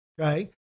okay